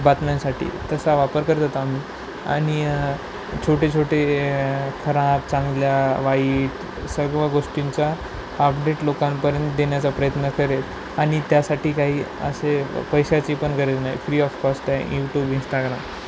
बातम्यांसाठी तसा वापर करत होतो आम्ही आणि छोटे छोटे खराब चांगल्या वाईट सर्व गोष्टींचा अपडेट लोकांपर्यंत देण्याचा प्रयत्न करेल आणि त्यासाठी काही असे पैशाची पण गरज नाही फ्री ऑफ कॉस्ट आहे यूटूब इंस्टाग्राम